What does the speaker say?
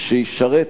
הוא